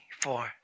four